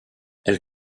elle